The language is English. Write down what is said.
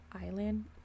Island